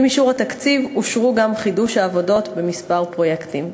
עם אישור התקציב אושר גם חידוש העבודות בכמה פרויקטים.